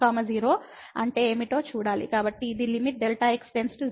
కాబట్టి ఇది limit Δx → 0 ఎందుకంటే ఇక్కడ అవకలనం మరియు f